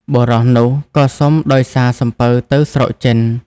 បុរសនោះក៏សុំដោយសារសំពៅទៅស្រុកចិន។